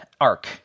ARC